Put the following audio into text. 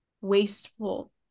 wasteful